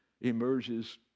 emerges